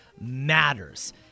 matters